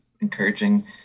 encouraging